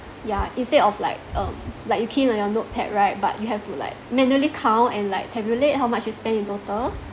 ya instead of like um like you key in on your notepad right but you have to like manually count and like tabulate how much you spend in total